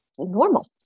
normal